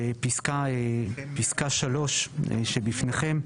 בפסקה 3 שבפניכם: